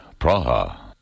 Praha